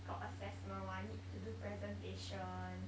got assessment [one] need to do presentation